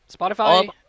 Spotify